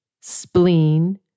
spleen